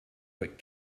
but